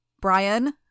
Brian